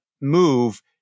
move